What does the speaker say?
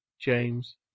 James